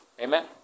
amen